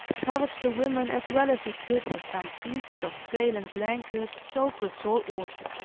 covered the women as well as he could with some pieces of sail and blankets soaked with salt water.